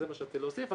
זה מה שרציתי להוסיף,